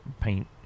paint